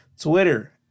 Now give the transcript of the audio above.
twitter